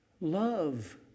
love